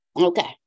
Okay